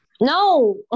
No